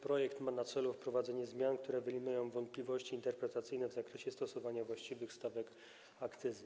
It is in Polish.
Projekt ma na celu wprowadzenie zmian, które wyeliminują wątpliwości interpretacyjne w zakresie stosowania właściwych stawek akcyzy.